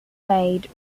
made